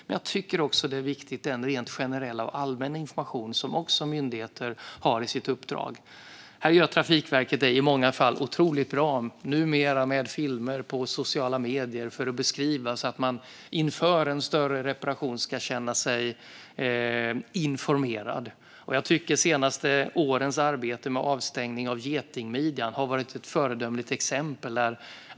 Men det är också viktigt med den rent generella och allmänna information som myndigheter har i sitt uppdrag. Här gör Trafikverket det i många fall otroligt bra numera, med filmer på sociala medier för att beskriva så att man inför en större reparation ska känna sig informerad. De senaste årens arbete med avstängning av Getingmidjan har varit ett föredömligt exempel.